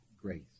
grace